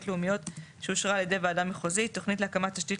לאומיות שאושרה על ידי ועדה מחוזית" תוכנית להקמת תשתית